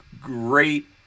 great